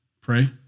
Pray